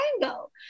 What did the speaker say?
triangle